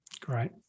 Great